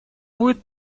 будет